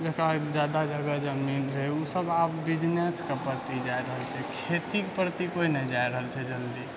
जेकरा जादा जगह जमीन छै ओ सब आब बिजनेसके प्रति जा रहल छै खेतीके प्रति केओ नहि जा रहल छै जल्दी